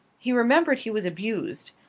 he remembered he was abused.